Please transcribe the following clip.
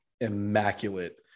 immaculate